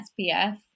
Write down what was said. SPF